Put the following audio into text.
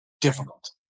Difficult